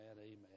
amen